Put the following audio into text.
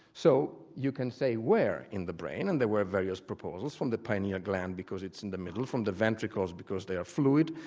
so you can say, where in the brain? and there were various proposals from the pineal gland, because it's in the middle, from the ventricles because they are fluid,